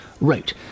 wrote